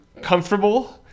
comfortable